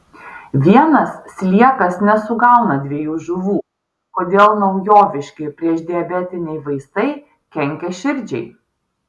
vienas sliekas nesugauna dviejų žuvų kodėl naujoviški priešdiabetiniai vaistai kenkia širdžiai